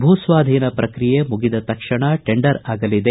ಭೂಸ್ವಾಧೀನ ಪ್ರಕ್ರಿಯೆ ಮುಗಿದ ತಕ್ಷಣ ಟೆಂಡರ್ ಆಗಲಿದೆ